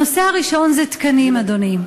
הנושא הראשון זה תקנים, אדוני.